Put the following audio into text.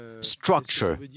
structure